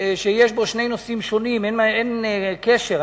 שיש בו שני נושאים שונים, אין קשר ביניהם.